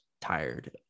tired